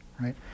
right